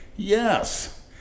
yes